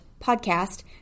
podcast